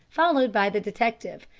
followed by the detective.